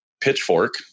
pitchfork